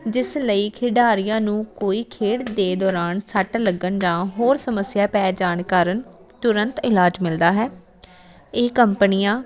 ਜਿਸ ਲਈ ਖਿਡਾਰੀਆਂ ਨੂੰ ਕੋਈ ਖੇਡ ਦੇ ਦੌਰਾਨ ਸੱਟ ਲੱਗਣ ਜਾਂ ਹੋਰ ਸਮੱਸਿਆ ਪੈ ਜਾਣ ਕਾਰਨ ਤੁਰੰਤ ਇਲਾਜ ਮਿਲਦਾ ਹੈ ਇਹ ਕੰਪਨੀਆਂ